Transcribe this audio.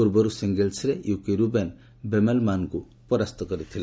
ପୂର୍ବରୁ ସିଙ୍ଗଲ୍ସରେ ୟୁକି ରୁବେନ ବେମେଲମାନ୍ଙ୍କୁ ପରାସ୍ତ କରିଥିଲେ